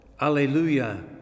Alleluia